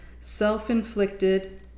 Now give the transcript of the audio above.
self-inflicted